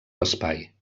l’espai